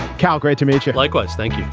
cal, great to meet you. likewise. thank you